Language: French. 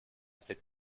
cette